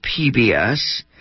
PBS